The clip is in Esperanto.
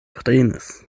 prenis